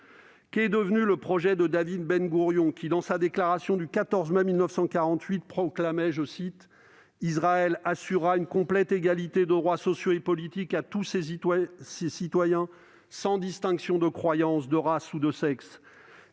Qu'est devenu le projet de David Ben Gourion qui, dans sa déclaration du 14 mai 1948, proclamait :« Israël assurera une complète égalité de droits sociaux et politiques à tous ses citoyens, sans distinction de croyances, de race ou de sexe »